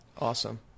Awesome